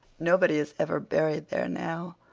nobody is ever buried there now.